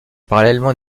parallèlement